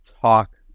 talk